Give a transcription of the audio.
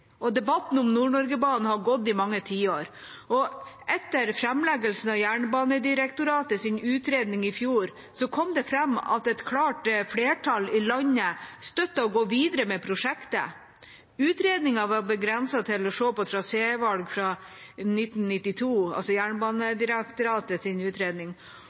gått i mange tiår. Etter framleggelsen av Jernbanedirektoratets utredning i fjor kom det fram at et klart flertall i landet støtter å gå videre med prosjektet. Utredningen var begrenset til å se på trasévalg fra 1992,